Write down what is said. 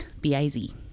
B-I-Z